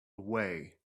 away